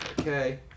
Okay